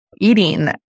eating